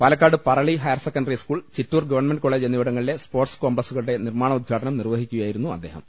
Palakkad Parali higher secondary school Chittur government college എന്നിവിടങ്ങളിലെ sports കോംപ്ലസ്കളുടെ നിർമാണോദ്ഘാടനം നിർവഹിക്കുകയായിരുന്നു അദ്ദേഹം